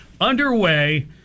underway